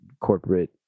corporate